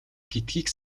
гэдгийг